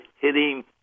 hitting